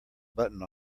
button